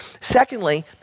Secondly